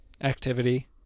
activity